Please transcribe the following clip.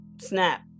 snap